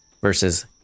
versus